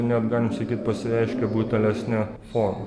net galim sakyt pasireiškė brutalesne forma